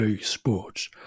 sports